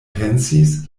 pensis